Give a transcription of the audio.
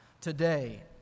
today